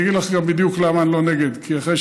אני אגיד לך גם בדיוק למה אני לא נגד: כי אחרי